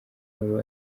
inkuru